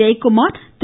Jayakumar Thiru